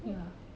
ya